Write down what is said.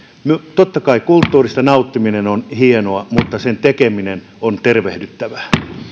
totta kai kulttuurista nauttiminen on hienoa mutta sen tekeminen on tervehdyttävää